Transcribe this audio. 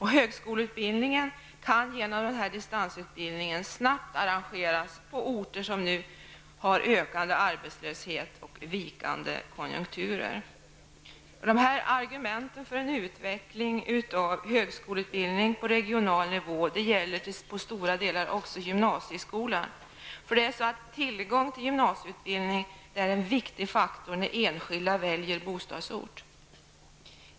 Högskoleutbildning kan genom denna distansutbildning snabbt arrangeras på orter som nu har ökande arbetslöshet och vikande konjunkturer. Dessa argument för en utveckling av högskoleutbildningen på regional nivå gäller till stora delar också gymnasieskolan. Tillgång till gymnasieutbildning är en viktig faktor när enskilda väljer bostadsort.